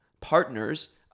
partners